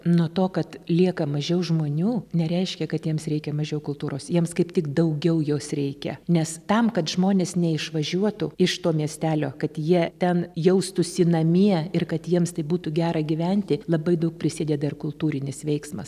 nuo to kad lieka mažiau žmonių nereiškia kad jiems reikia mažiau kultūros jiems kaip tik daugiau jos reikia nes tam kad žmonės neišvažiuotų iš to miestelio kad jie ten jaustųsi namie ir kad jiems tai būtų gera gyventi labai daug prisideda ir kultūrinis veiksmas